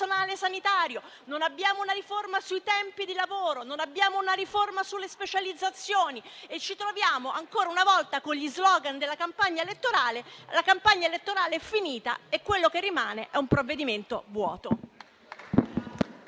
sanitario; non abbiamo una riforma sui tempi di lavoro; non abbiamo una riforma sulle specializzazioni e ci troviamo ancora una volta con gli *slogan* della campagna elettorale, che però è finita e quello che rimane è un provvedimento vuoto.